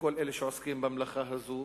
לכל אלה שעוסקים במלאכה הזו,